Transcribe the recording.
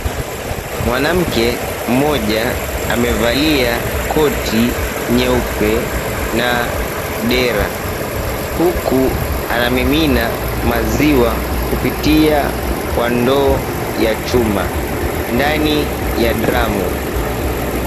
Mwanamke mmoja amevalia koti nyeupe na dera huku anamimina maziwa kupitia kwa ndoo ya chuma ndani ya dramu .